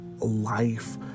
life